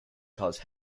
cause